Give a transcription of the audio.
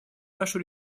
нашу